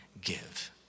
give